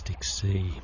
Sea